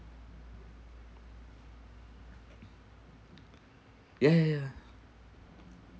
ya ya ya